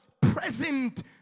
present